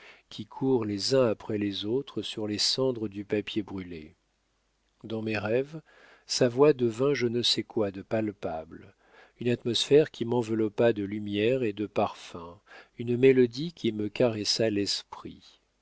qui courent les uns après les autres sur les cendres du papier brûlé dans mes rêves sa voix devint je ne sais quoi de palpable une atmosphère qui m'enveloppa de lumière et de parfums une mélodie qui me caressa l'esprit